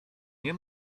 nie